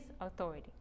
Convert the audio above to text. authority